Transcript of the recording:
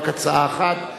הצעה אחת.